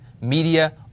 media